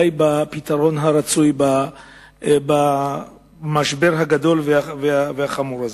מהו הפתרון הרצוי למשבר הגדול והחמור הזה.